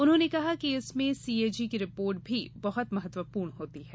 उन्होंने कहा कि इसमें सीएजी की रिपोर्टे भी बहुत महत्वपूर्ण होती हैं